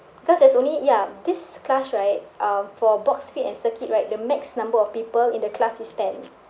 cause there's only ya this class right uh for boxfit and circuit right the max number of people in the class is ten